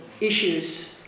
issues